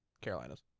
Carolina's